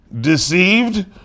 deceived